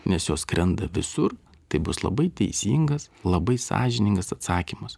nes jos skrenda visur tai bus labai teisingas labai sąžiningas atsakymas